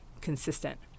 consistent